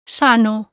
sano